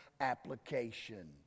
application